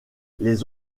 les